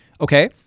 okay